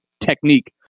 technique